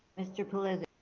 mr. puliz